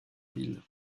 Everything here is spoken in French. ville